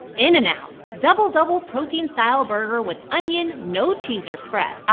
in-n-out. double-double protein style burger with onion, no cheese or spread. ah,